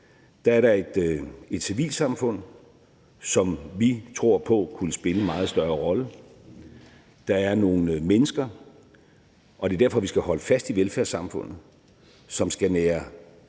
Der er der et civilsamfund, som vi tror på kunne spille en meget større rolle. Der er nogle mennesker – og det er derfor, vi skal holde fast i velfærdssamfundet – som skal nære tillid